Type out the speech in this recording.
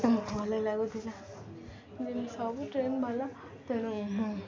ଭଲ ଲାଗୁଥିଲା ଯେନ୍ ସବୁ ଟ୍ରେନ ଭଲ ତେଣୁ